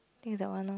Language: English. think is that one orh